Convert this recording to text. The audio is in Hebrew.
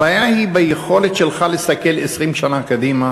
הבעיה היא ביכולת שלך להסתכל 20 שנה קדימה